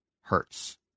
Hurts